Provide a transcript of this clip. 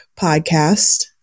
Podcast